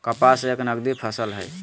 कपास एक नगदी फसल हई